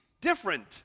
different